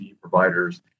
providers